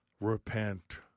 repent